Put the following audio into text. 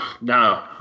No